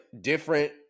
different